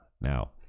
now